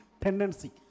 tendency